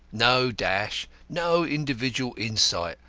no dash, no individual insight,